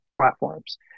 platforms